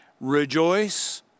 rejoice